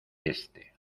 este